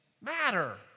matter